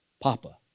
Papa